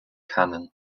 canon